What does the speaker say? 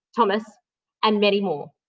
thomas and many more.